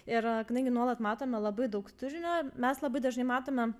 ir kadangi nuolat matome labai daug turinio mes labai dažnai matome